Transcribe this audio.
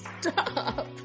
Stop